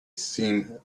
seem